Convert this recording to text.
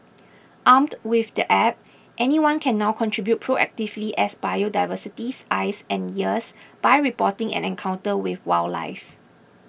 armed with the app anyone can now contribute proactively as biodiversity's eyes and ears by reporting an encounter with wildlife